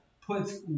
puts